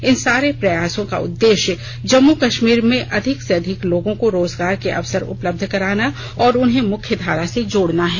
इन सारे प्रयासों का उद्देश्य जम्मू कश्मीर में अधिक से अधिक लोगों को रोजगार के अवसर उपलब्ध कराना और उन्हें मुख्य धारा से जोड़ना है